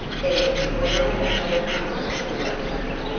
then, when i have told uncle you are coming,